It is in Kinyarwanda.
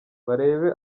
barebe